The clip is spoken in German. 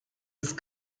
ist